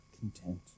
content